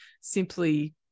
simply